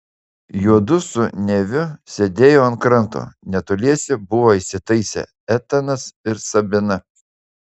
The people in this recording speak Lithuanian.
juodu su neviu sėdėjo ant kranto netoliese buvo įsitaisę etanas ir sabina